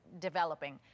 developing